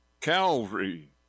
Calvary